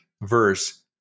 verse